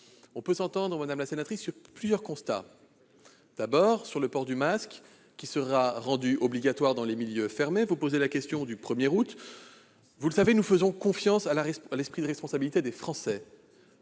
nous entendre, madame la sénatrice, sur plusieurs constats. S'agissant d'abord du port du masque, qui sera rendu obligatoire dans les milieux fermés, vous soulevez la question du 1 août. Vous le savez, nous faisons confiance à l'esprit de responsabilité des Français.